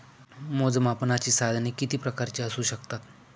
मोजमापनाची साधने किती प्रकारची असू शकतात?